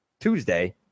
Tuesday